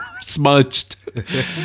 smudged